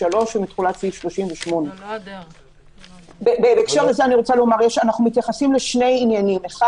3 ומתחולת סעיף 38. אנחנו מתייחסים לשני עניינים: א',